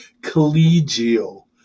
collegial